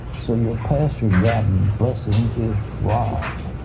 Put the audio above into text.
so your pastor, god bless him, is wrong.